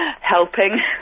Helping